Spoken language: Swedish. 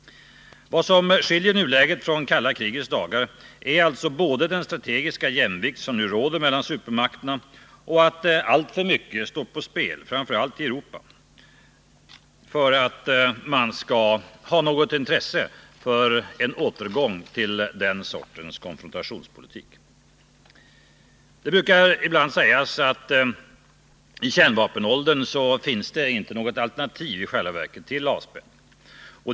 Vad som skiljer nuläget från det kalla krigets dagar är både den strategiska jämvikt som nu råder mellan supermakterna och att alltför mycket står på spel, framför allt i Europa, för att man skall ha något intresse för en återgång till den sortens konfrontationspolitik. Det sägs ibland att i kärnvapenåldern finns det i själva verket inte något alternativ till avspänning.